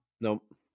Nope